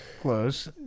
close